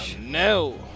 No